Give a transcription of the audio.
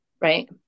Right